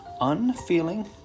unfeeling